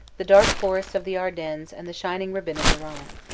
the dark forests of the ardennes and the shining ribbon of the rhine.